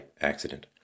accident